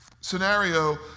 scenario